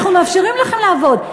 אנחנו מאפשרים לכם לעבוד,